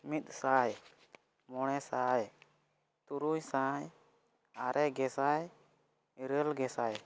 ᱢᱤᱫ ᱥᱟᱭ ᱢᱚᱬᱮ ᱥᱟᱭ ᱛᱩᱨᱩᱭ ᱥᱟᱭ ᱟᱨᱮ ᱜᱮᱥᱟᱭ ᱤᱨᱟᱹᱞ ᱜᱮᱥᱟᱭ